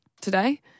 today